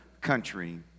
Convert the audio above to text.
country